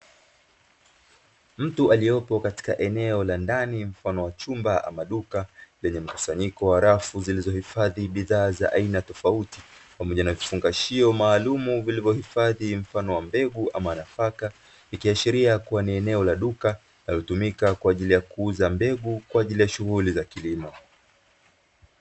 Mtu aliopo katika eneo la ndani mfano wa chumba ama duka, lenye mkusanyiko wa rafu zilizohifadhi bidhaa za aina tofauti pamoja na vifungashio maalumu vilivohifadhi mfano wa mbegu ama nafaka; ikiashiria kuwa ni eneo la duka linalotumika kwa ajili ya kuuza mbegu kwa ajili ya shughuli za kilimo.